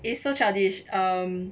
it's so childish um